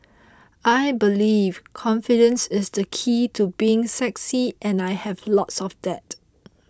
I believe confidence is the key to being sexy and I have loads of that